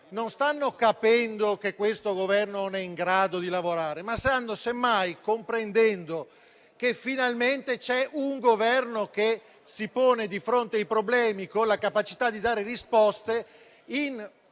non stanno capendo che questo Governo non è in grado di lavorare; semmai, stanno comprendendo che finalmente c'è un Governo che si pone di fronte ai problemi con la capacità di dare risposte con un cambio